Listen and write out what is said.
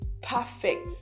perfect